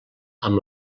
amb